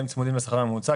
הם צמודים לשכר הממוצע,